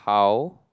how